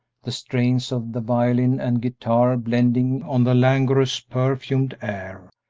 the strains of the violin and guitar blending on the languorous, perfumed air.